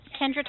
Kendra